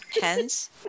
Hens